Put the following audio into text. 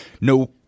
No